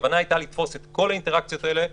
הכוונה הייתה לתפוס את כל האינטראקציות האלה.